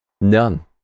none